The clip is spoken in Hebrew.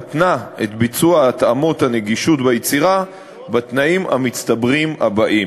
כהחרגה של דיני זכויות היוצרים בתנאים שנקבעו.